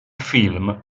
film